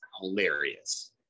hilarious